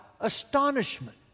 astonishment